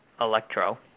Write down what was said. electro